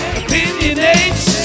opinionates